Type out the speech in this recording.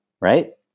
right